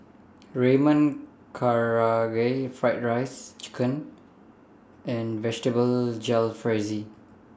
Ramen Karaage Fried Rice Chicken and Vegetable Jalfrezi